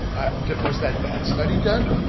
was that bat study done?